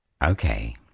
Okay